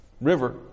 river